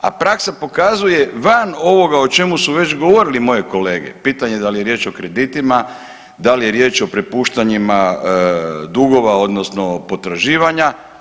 A praksa pokazuje van ovoga o čemu su već govorili moje kolege, pitanje da li je riječ o kreditima, da li je riječ o prepuštanjima dugova odnosno potraživanja.